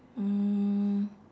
mm